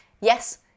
Yes